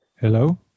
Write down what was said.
hello